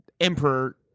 emperor